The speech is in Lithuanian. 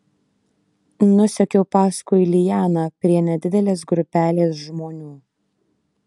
nusekiau paskui lianą prie nedidelės grupelės žmonių